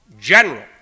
general